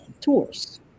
tours